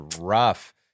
rough